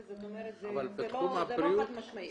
זאת אומרת זה לא חד-משמעי.